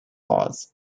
laws